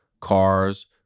cars